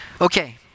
Okay